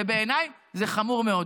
ובעיניי זה חמור מאוד.